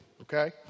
Okay